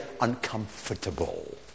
uncomfortable